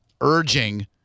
urging